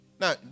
Now